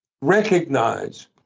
recognize